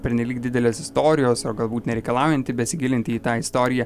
pernelyg didelės istorijos o galbūt nereikalaujanti besigilinti į tą istoriją